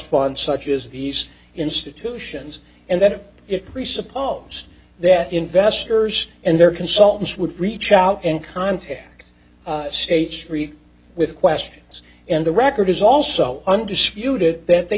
fund such as these institutions and that it presupposed that investors and their consultants would reach out and contact states with questions and the record is also undisputed that they